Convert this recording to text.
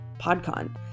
podcon